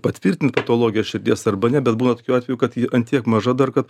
patvirtini patologiją širdies arba ne bet būna tokiu atveju kad ji ant tiek maža dar kad